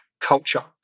culture